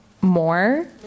more